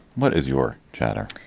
what is your chatter?